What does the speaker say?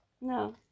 no